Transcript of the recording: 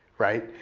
right?